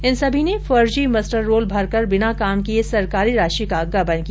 इन सभी ने फर्जी मस्टररोल भरकर बिना काम किये सरकारी राशि का गबन किया